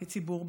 כציבור,